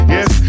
Yes